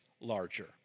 larger